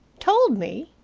told me?